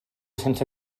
sense